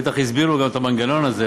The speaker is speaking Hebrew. בטח הסבירו לו גם את המנגנון הזה,